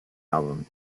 album